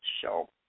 show